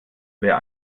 wer